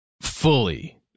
Fully